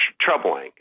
troubling